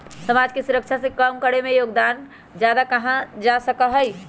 समाज के सुरक्षा के कर कम और योगदान ज्यादा कहा जा सका हई